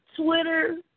Twitter